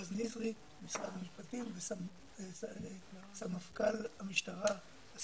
רז נזרי ממשרד המשפטים וסמפכ"ל המשטרה.